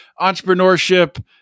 entrepreneurship